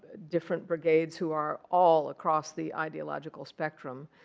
different brigades who are all across the ideological spectrum,